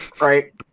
right